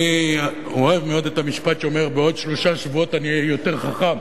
אני אוהב מאוד את המשפט שאומר: בעוד שלושה שבועות אני אהיה יותר חכם.